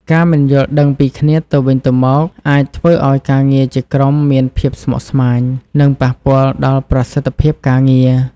ការមិនយល់ដឹងពីគ្នាទៅវិញទៅមកអាចធ្វើឱ្យការងារជាក្រុមមានភាពស្មុគស្មាញ និងប៉ះពាល់ដល់ប្រសិទ្ធភាពការងារ។